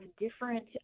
different